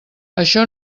això